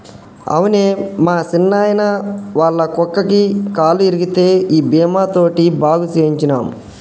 అవునే మా సిన్నాయిన, ఒళ్ళ కుక్కకి కాలు ఇరిగితే ఈ బీమా తోటి బాగు సేయించ్చినం